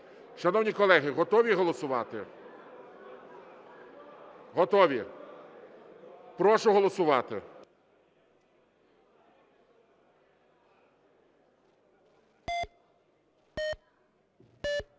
Шановні колеги, готові голосувати? Готові. Прошу голосувати.